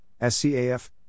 SCAF